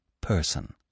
person